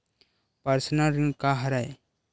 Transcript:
Personal ऋण का हरय?